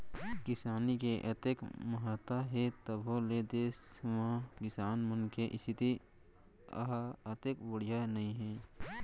किसानी के अतेक महत्ता हे तभो ले देस म किसान मन के इस्थिति ह ओतेक बड़िहा नइये